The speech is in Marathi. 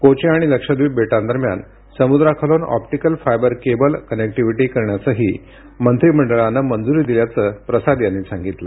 कोची आणि लक्षड्रीप बेटांदरम्यान समुद्राखालून ऑप्टिकल फायबर केबल कनेक्टीविटी करण्यासही मंत्रीमंडळानं मंजुरी दिल्याचं प्रसाद यांनी सांगितलं